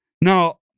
Now